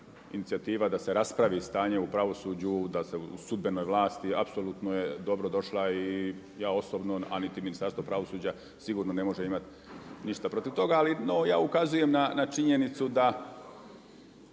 inicijativa da se raspravi stanje u pravosuđu, da se u sudbenoj vlasti apsolutno je dobrodošla i ja osobno a niti Ministarstvo pravosuđa sigurno ne može imati ništa protiv toga, ali ja ukazujem na činjenicu da